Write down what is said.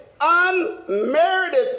unmerited